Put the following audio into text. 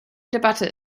debatte